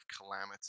calamity